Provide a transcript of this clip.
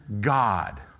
God